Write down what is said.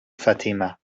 fatima